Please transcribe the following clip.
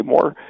More